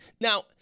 Now